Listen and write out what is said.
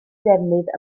defnydd